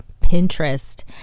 pinterest